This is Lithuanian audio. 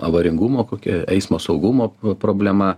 avaringumo kokia eismo saugumo problema